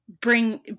bring